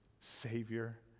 Savior